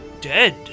dead